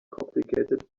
complicated